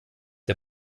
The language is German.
der